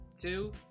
two